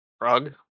Rug